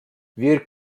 wir